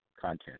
content